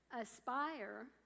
aspire